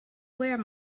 where